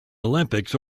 olympics